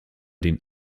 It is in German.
den